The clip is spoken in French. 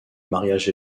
mariage